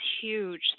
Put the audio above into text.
huge